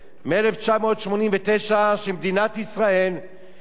שמדינת ישראל היא צד לה,